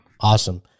Awesome